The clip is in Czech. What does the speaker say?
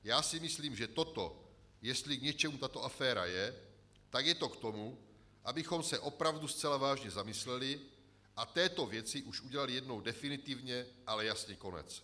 Já si myslím, že toto, jestli tato aféra k něčemu je, tak je to k tomu, abychom se opravdu zcela vážně zamysleli a této věci už udělali jednou definitivně ale jasný konec.